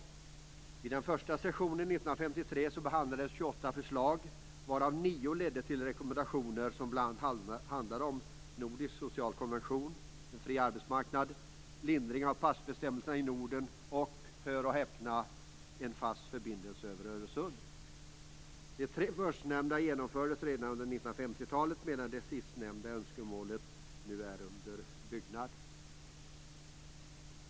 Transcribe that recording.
Vid den första sessionen 1953 behandlades 28 handlade om nordisk social konvention, fri arbetsmarknad, lindring av passbestämmelserna i Norden och - hör och häpna - en fast förbindelse över Öresund! De tre förstnämnda sakerna genomfördes redan under 1950-talet, medan det sista önskemålet nu är under förverkligande.